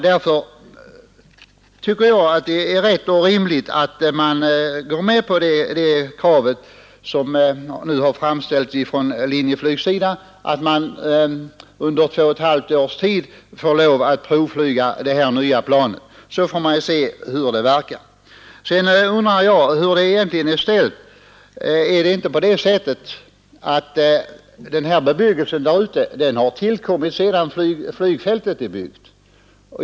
Därför tycker jag att det är rätt och rimligt att man går med på det krav som nu har framställts från Linjeflyg, dvs. att företaget under två och ett halvt års tid får lov att provflyga det nya plan som nämnts. Vidare undrar jag om det inte är så att bebyggelsen kring flygfältet har tillkommit sedan detta anlades.